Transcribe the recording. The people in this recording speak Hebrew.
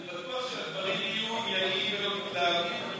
אני בטוח שהדברים יהיו, ולא מתלהמים.